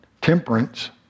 temperance